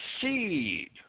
seed